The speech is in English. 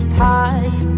pause